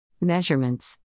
Measurements